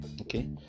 okay